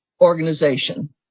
organization